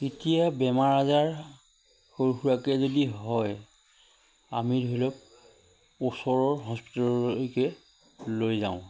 তেতিয়া বেমাৰ আজাৰ সৰু সুৰাকে যদি হয় আমি ধৰি লওক ওচৰৰ হস্পিটেললৈকে লৈ যাওঁ